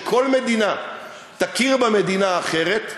שכל מדינה תכיר במדינה האחרת,